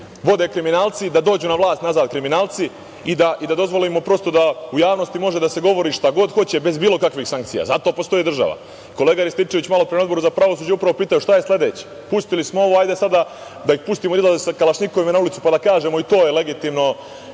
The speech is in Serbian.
vode kriminalci, da dođu na vlast nazad kriminalci i da dozvolimo prosto da u javnosti može da se govori šta god hoće bez bilo kakvih sankcija. Zato postoji država. Kolega Rističević malopre na Odboru za pravosuđe upravo je upitao – šta je sledeće? Pustilo smo ovo, hajde sada da ih pustimo da izlaze sa kalašnjikovima na ulicu pa da kažemo i to je legitimno,